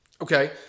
Okay